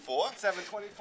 724